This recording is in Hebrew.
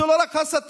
זאת לא רק הסתה,